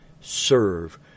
serve